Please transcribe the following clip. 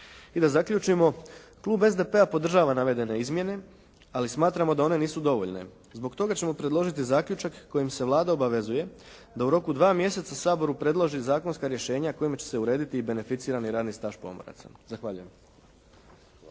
I da zaključimo Klub SDP-a podržava navedene izmjene, ali smatramo da one nisu dovoljne. Zbog toga ćemo predložiti zaključak kojim se Vlada obavezuje da u roku 2 mjeseca Saboru predloži zakonska rješenja kojima će se urediti i beneficirani radni staž pomoraca. Zahvaljujem.